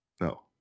No